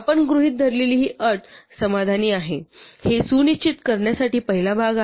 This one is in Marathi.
आपण गृहीत धरलेली ही अट समाधानी आहे हे सुनिश्चित करण्यासाठी पहिला भाग आहे